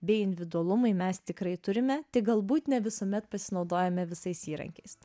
bei individualumui mes tikrai turime tik galbūt ne visuomet pasinaudojame visais įrankiais